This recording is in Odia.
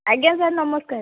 ଆଜ୍ଞା ସାର୍ ନମସ୍କାର